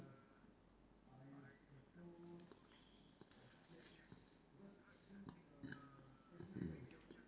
mm